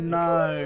no